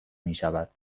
میشود